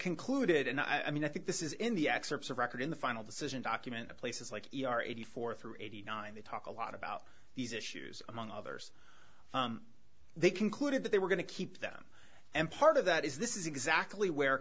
concluded and i mean i think this is in the excerpts of record in the final decision document at places like eighty four through eighty nine they talk a lot about these issues among others they concluded that they were going to keep them and part of that is this is exactly where